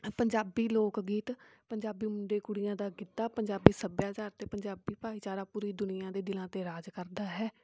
ਪੰਜਾਬੀ ਲੋਕ ਗੀਤ ਪੰਜਾਬੀ ਮੁੰਡੇ ਕੁੜੀਆਂ ਦਾ ਗਿੱਧਾ ਪੰਜਾਬੀ ਸੱਭਿਆਚਾਰ ਅਤੇ ਪੰਜਾਬੀ ਭਾਈਚਾਰਾ ਪੂਰੀ ਦੁਨੀਆ ਦੇ ਦਿਲਾਂ 'ਤੇ ਰਾਜ ਕਰਦਾ ਹੈ